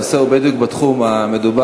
הנושא הוא בדיוק בתחום המדובר,